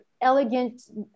elegant